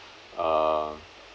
uh